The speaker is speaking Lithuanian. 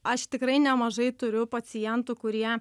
aš tikrai nemažai turiu pacientų kurie